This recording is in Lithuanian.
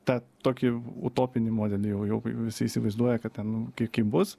tą tokį utopinį modelį jau jau visi įsivaizduoja kad ten nu kai kai bus